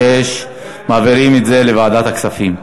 6. מעבירים את זה לוועדת הכספים.